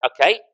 Okay